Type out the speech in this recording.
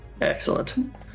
Excellent